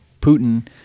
putin